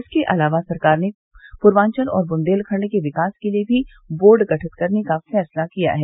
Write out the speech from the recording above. इसके अलावा सरकार ने पूर्वांचल और बुन्देलखंड के विकास के लिये भी बोर्ड गठित करने का फैसला किया है